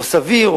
או סביר,